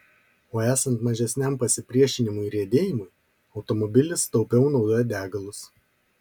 o esant mažesniam pasipriešinimui riedėjimui automobilis taupiau naudoja degalus